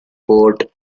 port